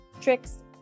tricks